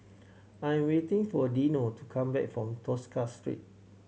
I'm waiting for Dino to come back from Tosca Street